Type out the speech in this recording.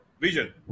vision